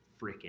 freaking